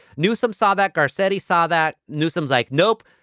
newsom saw that. gar said he saw that newsom's like, nope,